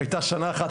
הייתה שנה אחת,